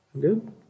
Good